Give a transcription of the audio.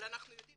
אבל אנחנו יודעים